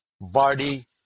body